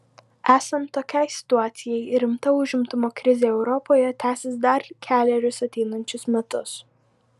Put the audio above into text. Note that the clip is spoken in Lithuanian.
esant tokiai situacijai rimta užimtumo krizė europoje tęsis dar kelerius ateinančius metus